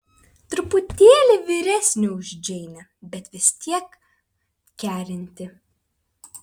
truputėlį vyresnė už džeinę bet vis tiek kerinti